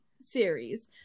series